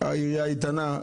עירייה איתנה.